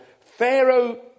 Pharaoh